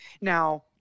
Now